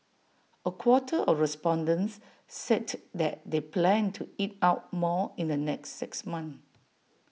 A quarter of respondents said that they plan to eat out more in the next six months